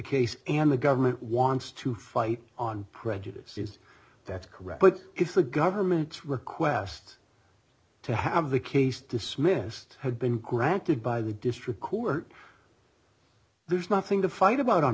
case and the government wants to fight on prejudices that's correct but if the government's request to have the case dismissed had been granted by the district court there's nothing to fight about on